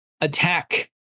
attack